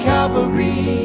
Calvary